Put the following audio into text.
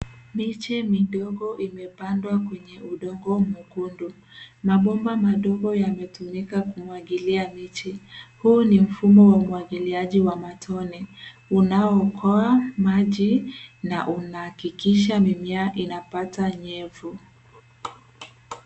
Miche midogo imepandwa kwenye udongo mwekundu. Mabomba madogo yanatumika kumwagilia miche. Huu ni mfumo wa umwagiliaji wa matone unaokoa maji na unahakikisha mimea inapata nyevu.